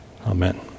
Amen